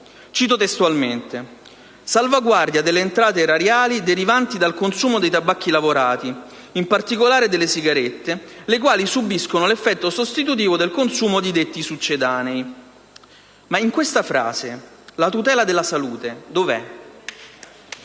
Cito testualmente: «salvaguardia delle entrate erariali derivanti dal consumo dei tabacchi lavorati, in particolare delle sigarette, le quali subiscono l'effetto sostitutivo del consumo (...) di detti succedanei». Ma in questa frase la tutela della salute dov'è?